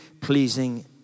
pleasing